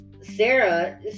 Sarah